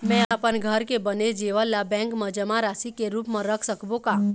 म अपन घर के बने जेवर ला बैंक म जमा राशि के रूप म रख सकबो का?